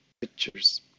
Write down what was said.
pictures